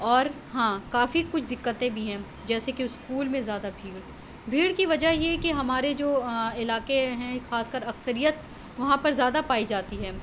اور ہاں کافی کچھ دقتیں بھی ہیں جیسے کہ اسکول میں زیادہ بھیڑ بھیڑ کی وجہ یہ ہے کہ ہمارے جو علاقے ہیں خاص کر اکثریت وہاں پر زیادہ پائی جاتی ہے